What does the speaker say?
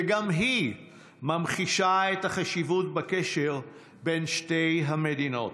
וגם היא ממחישה את החשיבות של הקשר בין שתי המדינות.